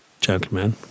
gentlemen